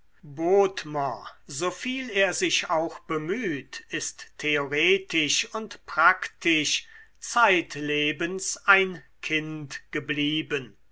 viel er sich auch bemüht ist theoretisch und praktisch zeitlebens ein kind geblieben